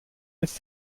miss